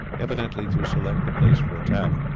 evidently to select the place for attack.